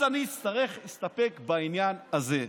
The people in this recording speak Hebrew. אז אני אסתפק בעניין הזה".